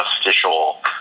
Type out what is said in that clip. official